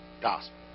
gospel